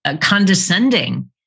condescending